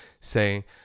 say